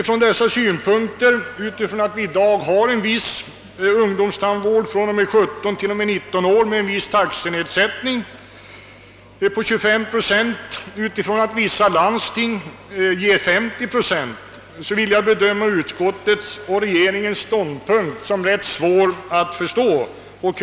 Från dessa synpunkter, från att vi i dag har en viss ungdomstandvård i åldrarna 17-—19 år med en taxenedsättning på 25 procent och från att en del landsting ger 50 procents nedsättning, vill jag bedöma utskottets och regeringens ståndpunkt som svår att förstå.